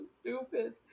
stupid